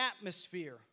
atmosphere